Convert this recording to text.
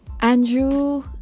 Andrew